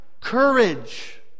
courage